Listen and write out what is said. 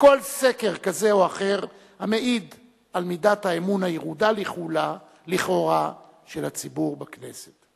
מכל סקר כזה או אחר המעיד על מידת האמון הירודה לכאורה של הציבור בכנסת.